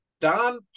Don